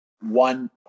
One